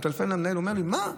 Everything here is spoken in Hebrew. אני מטלפן למנהל והוא אומר לי: מה?